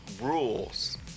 rules